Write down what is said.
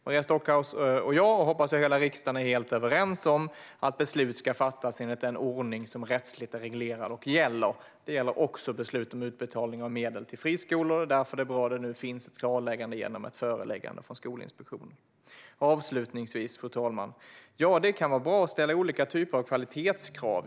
Maria Stockhaus, jag och, hoppas jag, hela riksdagen är helt överens om att beslut ska fattas enligt den ordning som är reglerad rättsligt och gäller. Det gäller också beslut om utbetalning av medel till friskolor, och därför är det bra att det nu finns ett klarläggande genom ett föreläggande från Skolinspektionen. Fru talman! Det kan vara bra att ställa olika typer av kvalitetskrav.